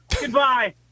goodbye